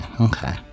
okay